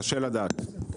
קשה לדעת.